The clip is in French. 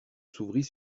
s’ouvrit